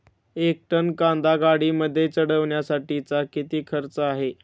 एक टन कांदा गाडीमध्ये चढवण्यासाठीचा किती खर्च आहे?